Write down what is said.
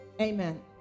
Amen